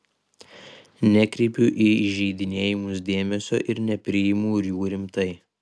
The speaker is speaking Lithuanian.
nekreipiu į įžeidinėjimus dėmesio ir nepriimu jų rimtai